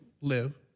live